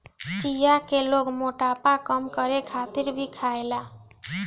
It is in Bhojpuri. चिया के लोग मोटापा कम करे खातिर भी खायेला